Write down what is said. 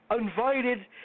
invited